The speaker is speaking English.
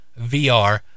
VR